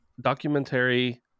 documentary